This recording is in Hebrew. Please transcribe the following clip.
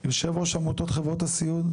יושב ראש עמותות חברות הסיעוד,